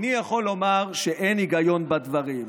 איני יכול לומר שאין היגיון בדברים.